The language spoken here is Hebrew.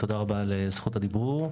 בהחלט, תודה רבה על זכות הדיבור.